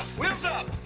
wheels up!